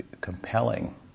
compelling